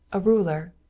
a ruler,